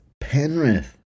Penrith